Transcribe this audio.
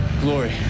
Glory